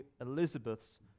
Elizabeth's